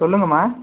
சொல்லுங்கம்மா